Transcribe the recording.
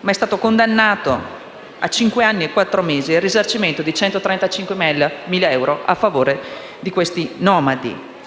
ma è stato condannato a cinque anni e quattro mesi e ad un risarcimento di 135.000 euro a favore di questi nomadi.